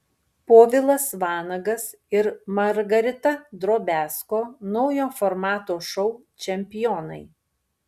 povilas vanagas ir margarita drobiazko naujo formato šou čempionai